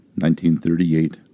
1938